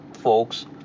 folks